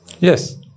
Yes